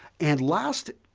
and last,